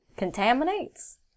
contaminates